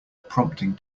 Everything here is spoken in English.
prompting